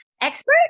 expert